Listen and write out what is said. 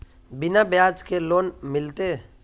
बिना ब्याज के लोन मिलते?